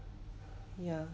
yeah